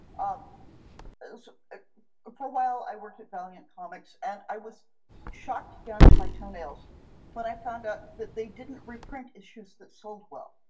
um for a while, i worked at valiant comics, and i was shocked down to my toenails when i found out that they didn't reprint issues that sold well,